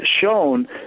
shown